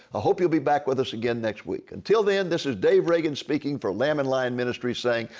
hope you will be back with us again next week. until then, this is dave reagan speaking for lamb and lion ministries, saying,